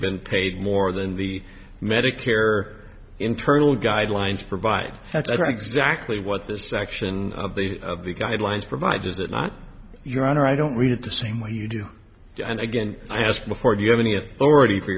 been paid more than the medicare internal guidelines provide that exactly what this section of the of the guidelines provides is it not your honor i don't read it the same way you do and again i asked before do you have any authority for